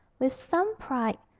with some pride,